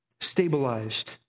stabilized